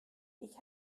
ich